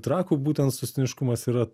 trakų būtent sostiniškumas yra